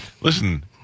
Listen